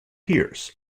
pierce